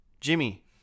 Jimmy